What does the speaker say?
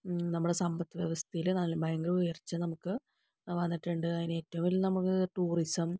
നമ്മുടെ സമ്പദ് വ്യവസ്ഥയില് നല്ല ഭയങ്കര ഉയര്ച്ച നമുക്ക് വന്നിട്ടുണ്ട് അതിനു ഏറ്റവും നമുക്ക് ഏറ്റവില് നമുക്ക് ടൂറിസം